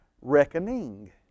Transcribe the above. reckoning